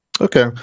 Okay